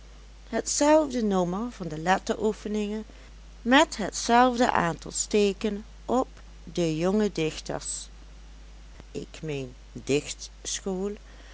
hetzelfde nommer van de letteroefeningen met hetzelfde aantal steken op de jonge dichters